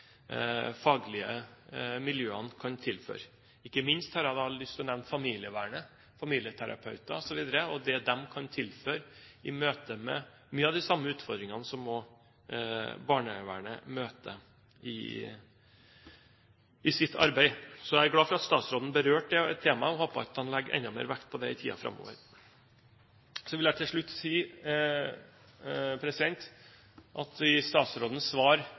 faglige miljøene kan tilføre. Ikke minst har jeg lyst til å nevne familievernet, familieterapeuter osv., og det de kan tilføre. De møter mye av de samme utfordringene som også barnevernet møter i sitt arbeid. Jeg er glad for at statsråden berørte det temaet og håper at han legger enda mer vekt på det i tiden framover. Så vil jeg til slutt si at i statsrådens